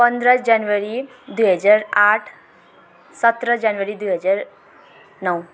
पन्ध्र जनवरी दुई हजार आठ सत्र जनवरी दुई हजार नौ